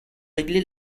régler